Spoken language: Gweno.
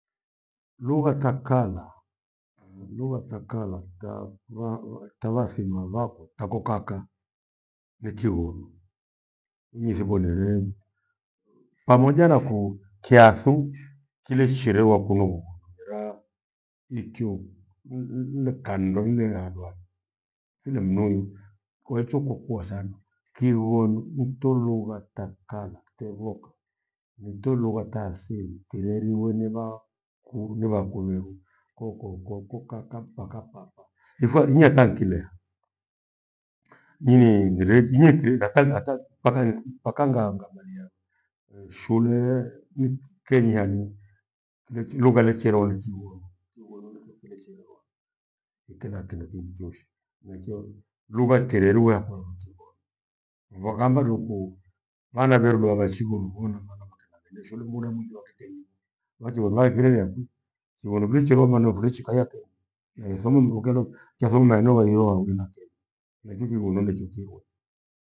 Lugha ta kala, ah! lugha ta kala ta- varwa tavathima vakwa tako kaka, ni kighonu. Nyithimbo neree pamoja nakuu kyathu kilechirerwa kunu vughonu. Mira itiou n- n- nde- kandoghire ghadwa findo mnuwi kurecho kukua sana. Kighonu nto lugha ta kala tevoka nito lugha taa asili tireriwe nevaa ku- neva kurerwe koko, koko, kaka mpaka papa ifwa inyanta nkileha. Nyini ighire- inyie chiri ngata- ngata mpakani mpaka nga- ngamalia shulee nki kenyi hani, lechi- lugha lechirerwa ni kighonu. Kighonu ni kilechererwa ikenda kindo kingi choshe enachio lugha tilelugha kwuo ni kighonu. Luva kamba ndi kou vana vererwa vachigho luvona maana makenda lelesho ule muda mwingi wakeke nyingi. Wachirerwa vakireerwa kwi. Kighono vichi ghono maana wafuleechika hia kenyi yaithomi lugha kyathomea lugha hio hagwi na kyejo. Neki kighonu ndekiochiwe